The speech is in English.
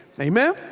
amen